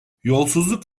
yolsuzluk